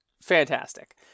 fantastic